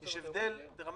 יש הבדל דרמטי.